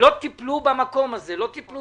לא טיפלו במקום הזה, לא טיפלו